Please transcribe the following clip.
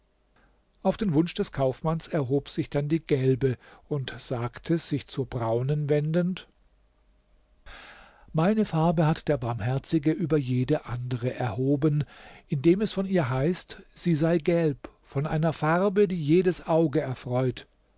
auf den wunsch des kaufmanns erhob sich dann die gelbe und sagte sich zur braunen wendend meine farbe hat der barmherzige über jede andere erhoben indem es von ihr heißt sie sei gelb von einer farbe die jedes auge erfreut